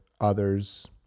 others